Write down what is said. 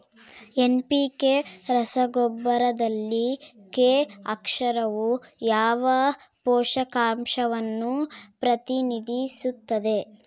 NPK ರಸಗೊಬ್ಬರದಲ್ಲಿ K ಅಕ್ಷರವು ಯಾವ ಪೋಷಕಾಂಶವನ್ನು ಪ್ರತಿನಿಧಿಸುತ್ತದೆ?